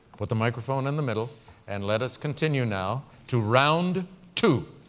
put the microphone in the middle and let us continue now to round two.